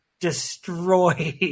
destroyed